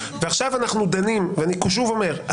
אני שוב אומר,